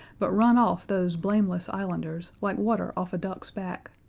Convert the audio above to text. but run off those blameless islanders like water off a duck's back.